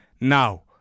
Now